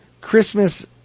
Christmas